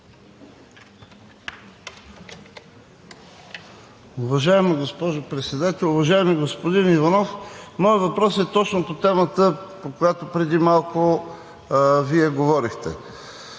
Уважаема госпожо Председател! Уважаеми господин Иванов, моят въпрос е точно по темата, по която преди малко Вие говорихте.